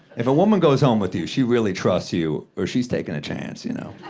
if a woman goes home with you, she really trusts you, or she's taking a chance, you know?